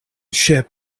ship